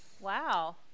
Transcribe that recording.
Wow